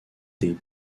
des